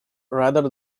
rather